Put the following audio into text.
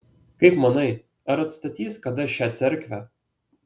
kaip manai ar atstatys kada šią cerkvę